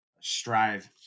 strive